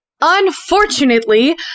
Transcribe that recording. Unfortunately